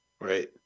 Right